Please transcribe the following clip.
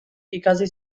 ikasi